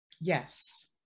Yes